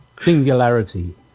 Singularity